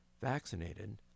vaccinated